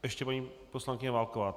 Ještě paní poslankyně Válková.